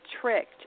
tricked